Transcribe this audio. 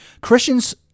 Christians